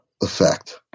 effect